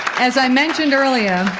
as i mentioned earlier,